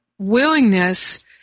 willingness